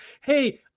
hey